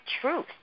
truth